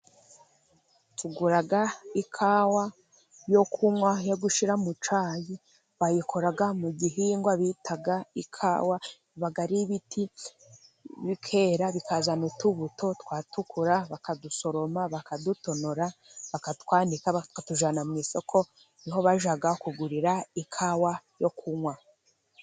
Tugura ikawa yo kunywa yo gushira mucayi. Bayikora mu gihingwa bita ikawa iba ari y'ibiti bikera bikazana utubuto, twatukura bakadusoroma, bakadutonora bakatwanika bakatujyana mu isoko. Niho bajya kugurira ikawa yo kunywa.